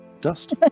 Dust